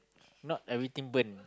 not everything burn